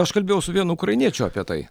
aš kalbėjau su vienu ukrainiečiu apie tai